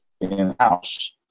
in-house